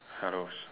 hellos